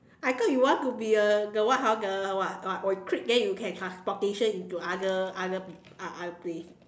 I thought you want to be a the what hor the what what or you click then you can transportation into other other p~ uh other place